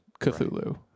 cthulhu